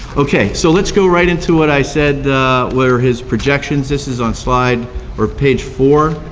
okay, so let's go right into what i said were his projections, this is on slide or page four.